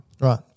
Right